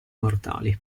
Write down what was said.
mortali